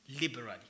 liberally